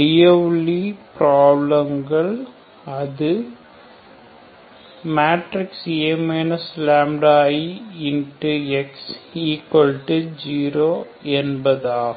Liouville பிராப்லங்கள் அது A λIX0 என்பதாகும்